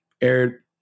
aired